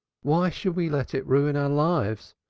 why should we let it ruin our lives?